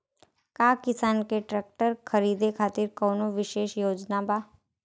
का किसान के ट्रैक्टर खरीदें खातिर कउनों विशेष योजना बा?